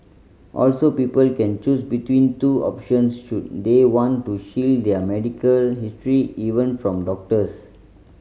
also people can choose between two options should they want to shield their medical history even from doctors